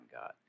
God